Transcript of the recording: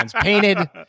Painted